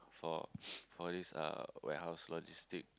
for for this uh warehouse logistic